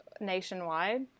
nationwide